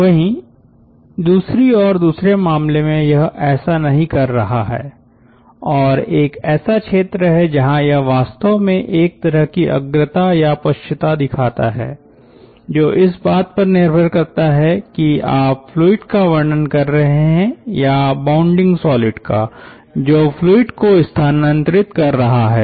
वहीं दूसरी ओर दूसरे मामले में यह ऐसा नहीं कर रहा है और एक ऐसा क्षेत्र है जहां यह वास्तव में एक तरह की अग्रता या पश्चता दिखाता है जो इस बात पर निर्भर करता है कि आप फ्लूइड का वर्णन कर रहे हैं या बाउंडिंग सॉलिड का जो फ्लूइड को स्थानांतरित कर रहा है